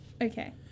Okay